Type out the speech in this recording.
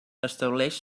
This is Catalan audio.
estableix